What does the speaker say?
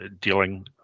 dealing